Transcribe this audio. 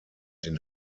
den